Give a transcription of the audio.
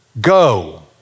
go